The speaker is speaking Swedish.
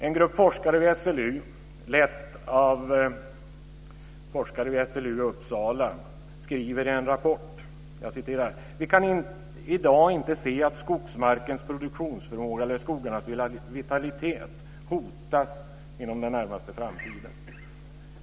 En grupp forskare vid SLU i Uppsala skriver så här i en rapport: Vi kan i dag inte se att skogsmarkens produktionsförmåga eller skogarnas vitalitet hotas inom den närmaste framtiden.